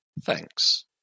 Thanks